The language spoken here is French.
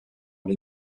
les